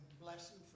blessing